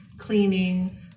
cleaning